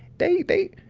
they, they,